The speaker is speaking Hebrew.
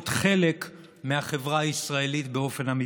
להיות חלק מהחברה הישראלית באופן אמיתי.